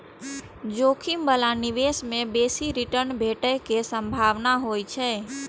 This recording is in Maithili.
जोखिम बला निवेश मे बेसी रिटर्न भेटै के संभावना होइ छै